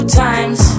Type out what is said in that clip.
times